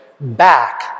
back